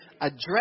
Address